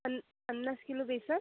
पन् पन्नास किलो बेसन